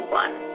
one